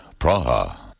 Praha